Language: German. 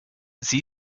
sie